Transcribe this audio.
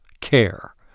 care